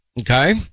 Okay